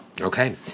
Okay